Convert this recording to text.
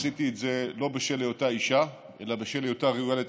עשיתי את זה לא בשל היותה אישה אלא בשל היותה ראויה לתפקיד,